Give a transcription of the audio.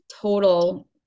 total